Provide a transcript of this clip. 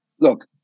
Look